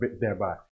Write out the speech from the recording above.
thereby